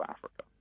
Africa